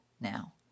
now